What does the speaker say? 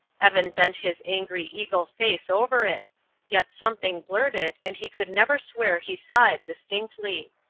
evan bent his angry eagle face over it yet something blurred it and he could never swear he saw it distinctly.